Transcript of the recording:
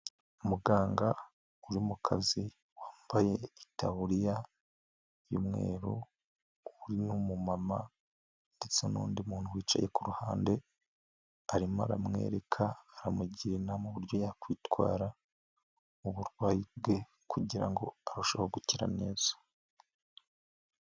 Umuganga uri mu kazi wambaye itaburiya y'umweru, umumama ndetse n'undi muntu wicaye kuru ruhande, arimo aramwereka, aramugira inama y'uburyo yakwitwara mu burwayi bwe kugira ngo arusheho gukira neza.